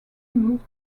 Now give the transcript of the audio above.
moved